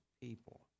people